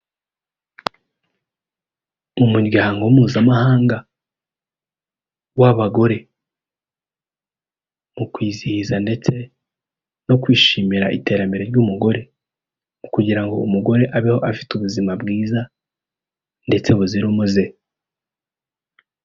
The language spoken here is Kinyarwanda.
Umuryango mpuzamahanga w'abagore mu kwizihiza ndetse no kwishimira iterambere ry'umugore kugira ngo umugore abeho afite ubuzima bwiza ndetse buzira umuze.